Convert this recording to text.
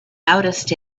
noticed